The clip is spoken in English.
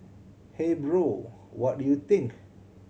hey bro what do you think